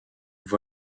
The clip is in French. vfl